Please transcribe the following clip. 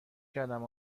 کردم